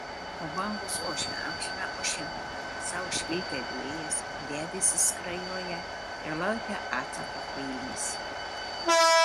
o bangos ošia amžiną ošimą sau švilpia vėjas debesys skrajoja ir laukia atsako kvailys